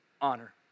honor